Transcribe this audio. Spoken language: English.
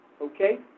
Okay